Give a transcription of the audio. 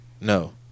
no